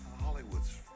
Hollywood's